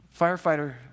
firefighter